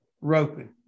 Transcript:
roping